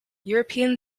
european